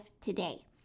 today